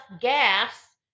gas